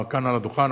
כאן על הדוכן,